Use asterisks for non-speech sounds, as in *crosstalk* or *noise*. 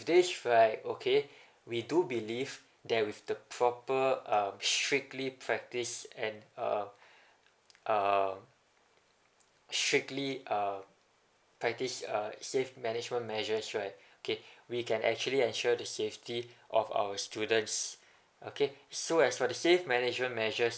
this right okay we do believe that with the proper uh strictly practised and uh *breath* uh strictly uh practised save management measures right okay we can actually ensure the safety of our students okay so as for the save management measures